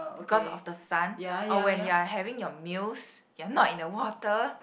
cause of the sun or when your having your meals you're not in the water